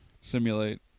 Simulate